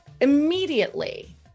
Immediately